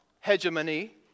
hegemony